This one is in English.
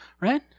right